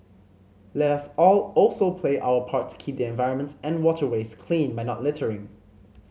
let us all also play our part to keep the environment and waterways clean by not littering